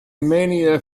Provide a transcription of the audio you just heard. mania